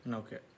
okay